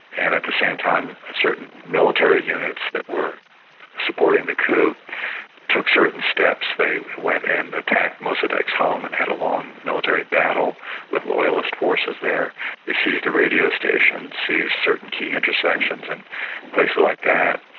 and at the same time certain military units that were supporting the coup took certain steps. they went and attacked mossadeq's home and had a long military battle with loyalist forces there they seized a radio station, seized certain key intersections and places like that.